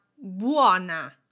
buona